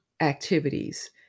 activities